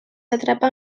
atrapa